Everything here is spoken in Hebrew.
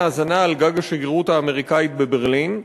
האזנה על גג השגרירות האמריקנית בברלין.